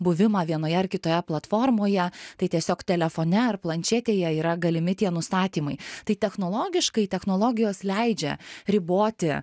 buvimą vienoje ar kitoje platformoje tai tiesiog telefone ar planšetėje yra galimi tie nustatymai tai technologiškai technologijos leidžia riboti